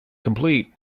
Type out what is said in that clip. complete